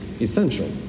essential